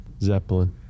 zeppelin